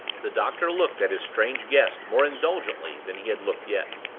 the doctor looked at his strange guest more indulgently than he had looked yet.